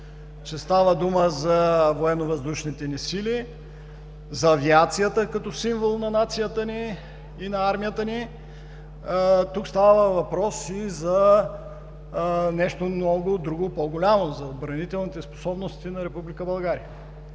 Става дума за Военновъздушните ни сили, за авиацията като символ на нацията ни и на армията ни. Тук става въпрос и за нещо друго много по-голямо, за отбранителните способности на Република България.